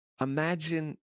imagine